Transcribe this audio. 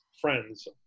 friends